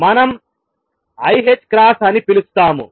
మనం l h cross అని పిలుస్తాము